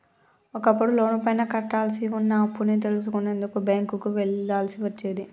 ఒకప్పుడు లోనుపైన కట్టాల్సి వున్న అప్పుని తెలుసుకునేందుకు బ్యేంకుకి వెళ్ళాల్సి వచ్చేది